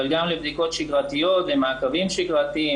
אבל גם לבדיקות שגרתיות ומעקבים שגרתיים,